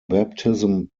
baptism